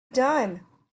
done